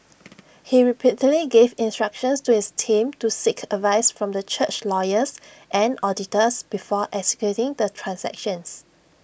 he repeatedly gave instructions to his team to seek advice from the church's lawyers and auditors before executing the transactions